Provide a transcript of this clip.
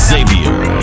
Xavier